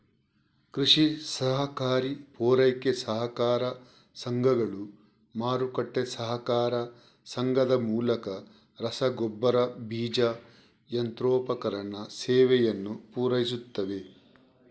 ಕೃಷಿ ಸಹಕಾರಿ ಪೂರೈಕೆ ಸಹಕಾರ ಸಂಘಗಳು, ಮಾರುಕಟ್ಟೆ ಸಹಕಾರ ಸಂಘದ ಮೂಲಕ ರಸಗೊಬ್ಬರ, ಬೀಜ, ಯಂತ್ರೋಪಕರಣ ಸೇವೆಯನ್ನು ಪೂರೈಸುತ್ತವೆ